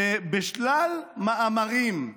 שבשלל מאמרים,